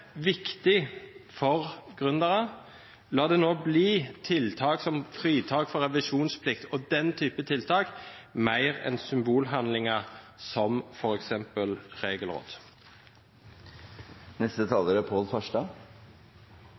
viktig for gründere. La det nå bli tiltak som fritak for revisjonsplikt og den type tiltak, mer enn symbolhandlinger som f.eks. regelråd. Norge er